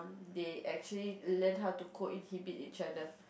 they actually learn how to co inhibit each other